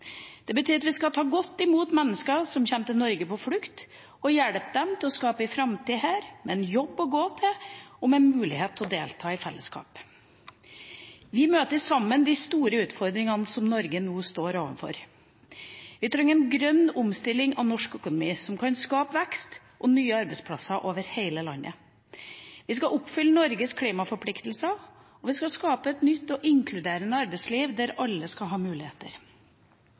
Det betyr at vi skal ta godt imot mennesker som er på flukt og kommer til Norge, og hjelpe dem til å skape en framtid her, med en jobb å gå til og med mulighet til å delta i fellesskapet. Sammen møter vi de store utfordringene som Norge nå står overfor. Vi trenger en grønn omstilling av norsk økonomi, som kan skape vekst og nye arbeidsplasser over hele landet. Vi skal oppfylle Norges klimaforpliktelser, og vi skal skape et nytt og inkluderende arbeidsliv der alle skal ha muligheter.